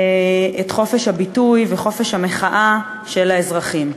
את חופש הביטוי וחופש המחאה של אזרחים.